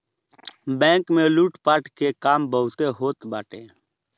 bank में लूटपाट के काम बहुते होत बाटे